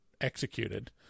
executed